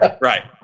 right